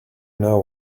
know